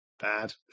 bad